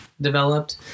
Developed